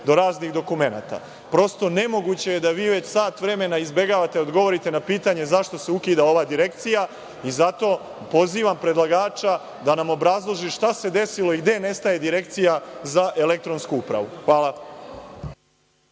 do raznih dokumenata. Prosto, nemoguće je da vi već sat vremena izbegavate da odgovorite na pitanje zašto se ukida ova direkcija? Zato, pozivam predlagača da nam obrazloži šta se desilo i gde nestaje Direkcija za elektronsku upravu? Hvala.